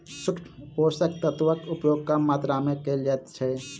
सूक्ष्म पोषक तत्वक उपयोग कम मात्रा मे कयल जाइत छै